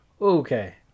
Okay